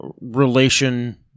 relation